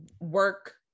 work